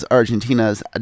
Argentina's